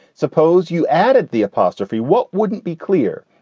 suppose you added the apostrophe. what? wouldn't be clear.